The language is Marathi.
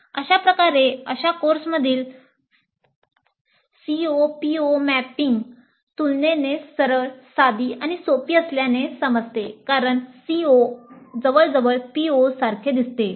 अशाप्रकारे अशा कोर्समधील COPO मॅपिंग तुलनेने सरळ साधी आणि सोपी असल्याचे समजते कारण CO जवळजवळ PO सारखे दिसते